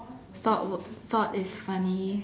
thought was thought is funny